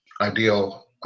ideal